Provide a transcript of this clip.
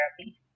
therapy